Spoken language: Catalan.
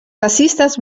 taxistes